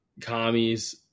commies